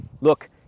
Look